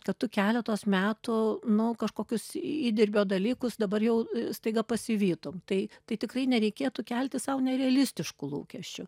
kad tu keletos metų nu kažkokius įdirbio dalykus dabar jau staiga pasivytum tai tai tikrai nereikėtų kelti sau nerealistiškų lūkesčių